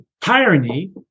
tyranny